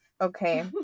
Okay